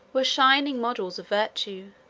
were shining models of virtue,